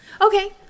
Okay